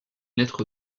lettre